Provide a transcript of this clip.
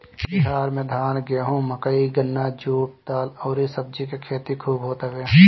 बिहार में धान, गेंहू, मकई, गन्ना, जुट, दाल अउरी सब्जी के खेती खूब होत हवे